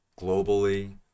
globally